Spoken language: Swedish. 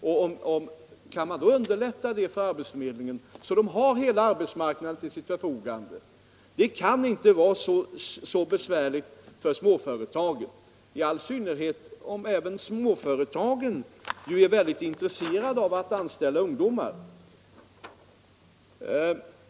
För att underlätta detta jobb bör vi se till att arbetsförmedlingen har hela arbetsmarknaden till sitt förfogande. Det kan inte vara så besvärligt för småföretagen att anmäla lediga platser till arbetsförmedlingen, i all synnerhet om även dessa är väldigt intresserade av att anställa ungdomar.